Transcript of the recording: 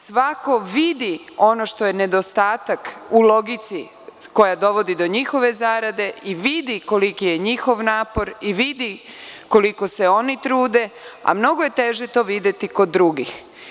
Svako vidi ono što je nedostatak u logici koja dovodi do njihove zarade i vidi koliki je njihov napor i vidi koliko se oni trude, a mnogo je teže to videti kod drugih.